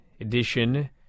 edition